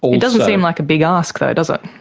it doesn't seem like a big ask though, does it?